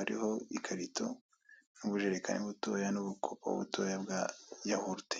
hariho ikarito n'ubujerekani butoya n'ubukopo butoya bwa yawurute